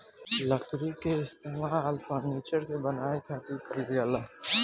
लकड़ी के इस्तेमाल फर्नीचर के बानवे खातिर कईल जाला